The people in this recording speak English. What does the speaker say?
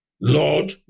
Lord